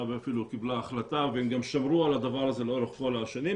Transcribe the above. קיבלה החלטה והם שמרו על הדבר הזה לאורך כל השנה,